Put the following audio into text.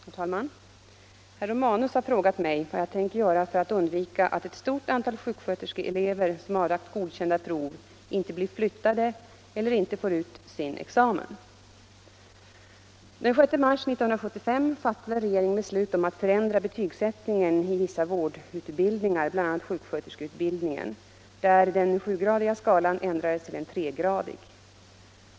Herr talman! Herr Romanus har frågat mig vad jag tänker göra för att undvika att ett stort antal sjuksköterskeelever, som avlagt godkända prov, inte blir flyttade eller inte får ut sin examen. Den 6 mars 1975 fattade regeringen beslut om att förändra betygsättningen i vissa vårdutbildningar, bl.a. sjuksköterskeutbildningen, där den sjugradiga skalan ändrades till en tregradig.